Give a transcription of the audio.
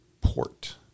port